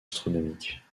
astronomique